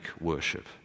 worship